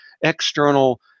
external